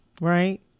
right